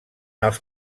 els